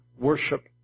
worship